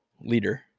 leader